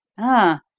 ah,